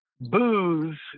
booze